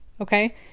okay